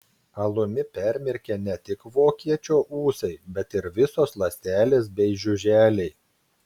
alumi permirkę ne tik vokiečio ūsai bet ir visos ląstelės bei žiuželiai